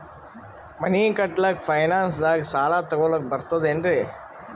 ಮನಿ ಕಟ್ಲಕ್ಕ ಫೈನಾನ್ಸ್ ದಾಗ ಸಾಲ ತೊಗೊಲಕ ಬರ್ತದೇನ್ರಿ?